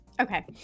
Okay